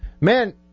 Man